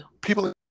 people